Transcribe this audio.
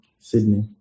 Sydney